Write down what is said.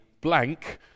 blank